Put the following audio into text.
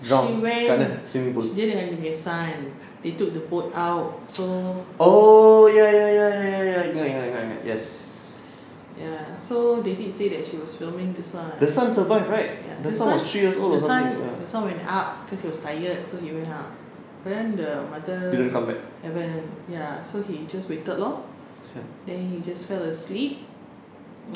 she went dia dengan dia punya son they took took the boat out ya so they did say that they were filming the son the son went up cause he was tired so he went up then the mother never ya so he just waited lor then he just fell asleep